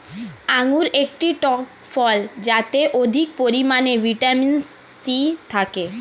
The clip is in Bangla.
আঙুর একটি টক ফল যাতে অধিক পরিমাণে ভিটামিন সি থাকে